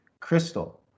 crystal